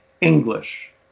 English